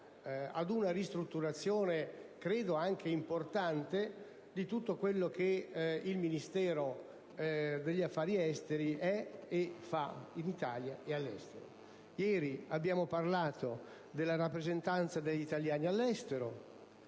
ad una ristrutturazione importante di tutto quanto il Ministero degli affari esteri è e fa, in Italia e all'estero. Ieri abbiamo parlato della rappresentanza degli italiani all'estero;